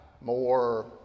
more